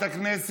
את חבר הכנסת